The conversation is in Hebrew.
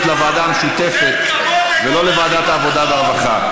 לוועדה המשותפת ולא לוועדת העבודה והרווחה.